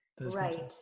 right